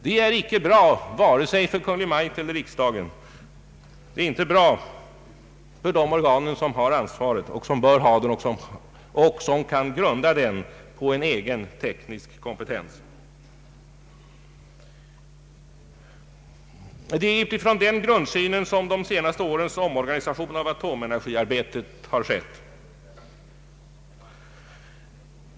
Det är inte bra för vare sig Kungl. Maj:t eller riksdagen och inte heller för de organ som har och bör ha ansvaret och som kan grunda det på en egen teknisk kompetens. Utifrån den grundsynen har de senaste årens omorganisation av atomenergiarbetet ägt rum.